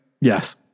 Yes